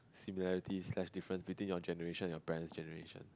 similarities plus difference between your generation and your parents generation